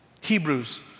Hebrews